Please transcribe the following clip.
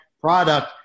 product